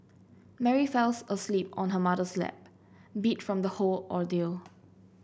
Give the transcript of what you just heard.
Mary fell asleep on her mother's lap beat from the whole ordeal